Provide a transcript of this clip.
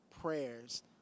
prayers